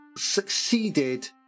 Succeeded